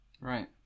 Right